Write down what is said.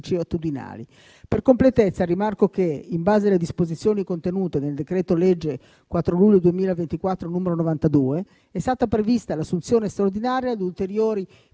e attitudinali. Per completezza, rimarco che, in base alle disposizioni contenute nel decreto-legge 4 luglio 2024, n. 92, è stata prevista l'assunzione straordinaria di ulteriori